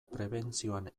prebentzioan